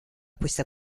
questa